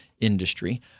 industry